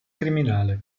criminale